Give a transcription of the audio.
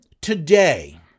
today